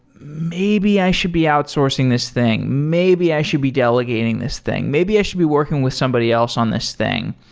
maybe i should be outsourcing this thing. maybe i should be delegating this thing. maybe i should be working with somebody else on this thing.